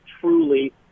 truly